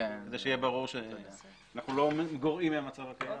שיהיה ברור שאנחנו לא גורעים מהמצב הקיים.